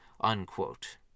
unquote